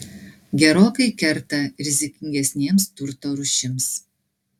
gerokai kerta rizikingesnėms turto rūšims